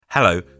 Hello